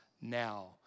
now